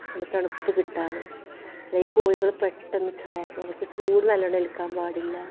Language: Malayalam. നല്ല തണുപ്പ് കിട്ടാൻ അല്ലെ കോഴികൾ പെട്ടെന്ന് ചാകും അവർക്ക് ചൂട് നല്ലോണം ഏൽക്കാൻ പാടില്ല